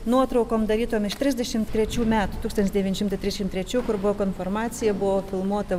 nuotraukom darytom iš trisdešimt trečių metų tūkstantis devyni šimtai trisdešim trečių kur buvo konformacija buvo filmuota